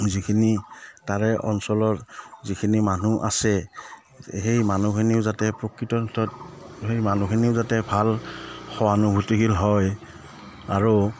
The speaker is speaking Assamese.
যিখিনি তাৰে অঞ্চলৰ যিখিনি মানুহ আছে সেই মানুহখিনিও যাতে প্ৰকৃতাৰ্থত সেই মানুহখিনিও যাতে ভাল সহানুভূতিশীল হয় আৰু